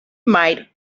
might